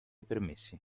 permessi